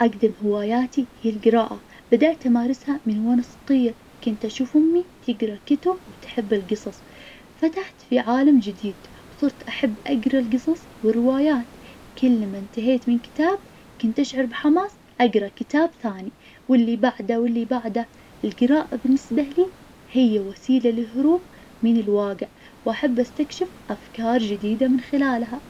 أجدم هواياتي هي القراءة, بدأت أمارسها من وأنا صغير كنت اشوف أمي تقرا الكتب وتحب القصص, فتحت لي عالم جديد, صرت أحب أقرا القصص والروايات, كل ما انتهيت من كتاب, كنت أشعر بحماس أقرأ كتاب ثاني, واللي بعده, واللي بعده, القراءة بالنسبة لي, هي وسيلة للهروب من الواقع, و أحب استكشف أفكار جديدة من خلالها.